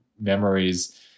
memories